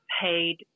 paid